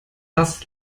das